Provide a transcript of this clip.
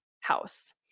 house